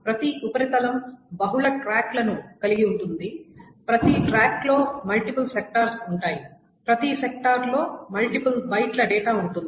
ప్రతి ఉపరితలం బహుళ ట్రాక్లను కలిగి ఉంటుంది ప్రతి ట్రాక్లో మల్టిపుల్ సెక్టార్స్ ఉంటాయి ప్రతి సెక్టార్లో మల్టిపుల్ బైట్ల డేటా ఉంటుంది